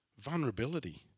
Vulnerability